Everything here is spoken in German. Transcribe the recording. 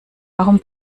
warum